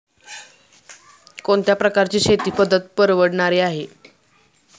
कोणत्या प्रकारची शेती पद्धत परवडणारी आहे?